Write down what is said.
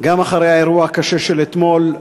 גם אחרי האירוע הקשה של אתמול,